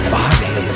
body